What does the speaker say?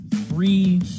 three